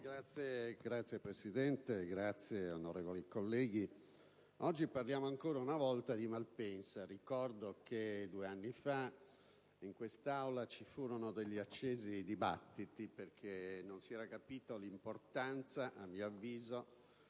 Signora Presidente, onorevoli colleghi, oggi parliamo ancora una volta di Malpensa. Ricordo che due anni fa in quest'Aula ci furono degli accesi dibattiti, perché non si era capita l'importanza, a mio avviso,